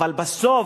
אבל בסוף,